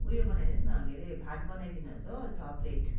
उयो बनाइदिनुहोस् के रे भात बनाइदिनुहोस् हो छ प्लेट